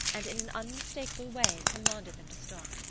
and in an unmistakable way commanded them to stop.